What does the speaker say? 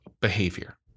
behavior